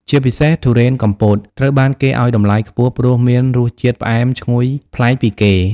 ជាពិសេស ទុរេនកំពត ត្រូវបានគេឲ្យតម្លៃខ្ពស់ព្រោះមានរសជាតិផ្អែមឈ្ងុយប្លែកពីគេ។